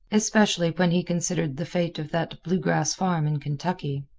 especially when he considered the fate of that blue-grass farm in kentucky.